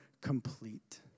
complete